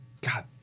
God